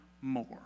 more